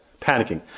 Panicking